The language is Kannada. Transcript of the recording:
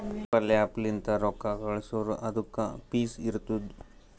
ಪೇಪಲ್ ಆ್ಯಪ್ ಲಿಂತ್ ರೊಕ್ಕಾ ಕಳ್ಸುರ್ ಅದುಕ್ಕ ಫೀಸ್ ಇರ್ತುದ್